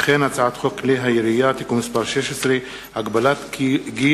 וכן הצעת חוק כלי הירייה (תיקון מס' 16) (הגבלת גיל),